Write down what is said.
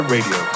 Radio